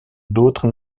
d’autres